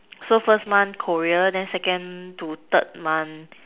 so first month Korea then second to third month